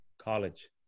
college